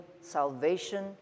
salvation